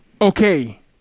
Okay